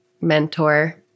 mentor